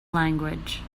language